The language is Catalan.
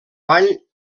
vall